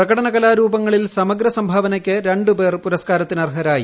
പ്രക്കട്നക്കല്ാരൂപങ്ങളിൽ സമഗ്ര സംഭാവനയ്ക്ക് രണ്ട് പേർ പുരസ്കാരത്തിനർഹരായി